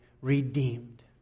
redeemed